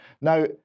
Now